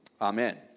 Amen